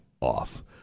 off